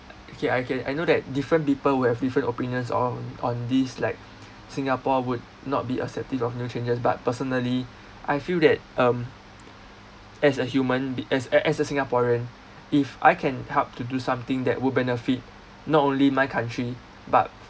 okay I can I know that different people will have different opinions on on these like singapore would not be acceptive of new changes but personally I feel that um as a human be~ as a~ as a singaporean if I can help to do something that would benefit not only my country but